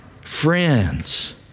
friends